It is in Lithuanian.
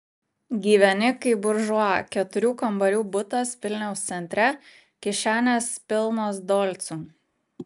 gyveni kaip buržua keturių kambarių butas vilniaus centre kišenės pilnos dolcų